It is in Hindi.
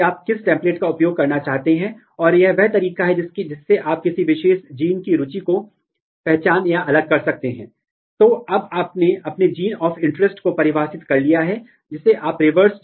ये दो FRET और SPR इंटरेक्शन का अध्ययन करने के लिए फिजिकल ऐसे हैं और फिर चिप ऐसे क्रोमेटिन इम्यूनोप्रूवेरेशन जिसका कि प्रोटीन प्रोटीन इंटरैक्शन का अध्ययन करने के लिए बड़े पैमाने पर उपयोग किया जा रहा है